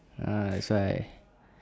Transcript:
ah that's why